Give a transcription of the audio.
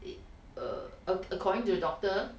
it err acc~ according to the doctor